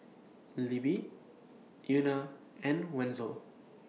Libby Euna and Wenzel